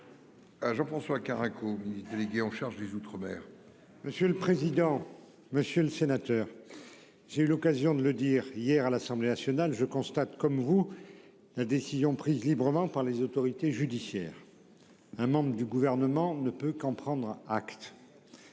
Jean-François caraco délégué en charge des Outre-Mer.-- Monsieur le président, monsieur le sénateur. J'ai eu l'occasion de le dire hier à l'Assemblée nationale. Je constate comme vous. La décision prise librement par les autorités judiciaires. Un membre du gouvernement ne peut qu'en prendre acte.